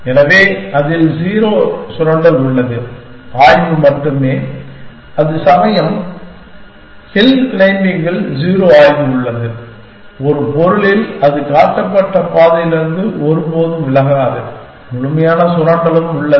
எனவே அதில் 0 சுரண்டல் உள்ளது ஆய்வு மட்டுமே அதேசமயம் ஹில் கிளைம்பிங்கில் 0 ஆய்வு உள்ளது ஒரு பொருளில் அது காட்டப்பட்ட பாதையிலிருந்து ஒருபோதும் விலகாது முழுமையான சுரண்டலும் உள்ளது